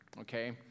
Okay